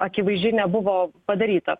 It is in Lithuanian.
akivaizdžiai nebuvo padaryta